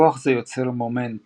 כוח זה יוצר מומנט